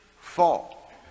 fall